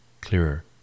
clearer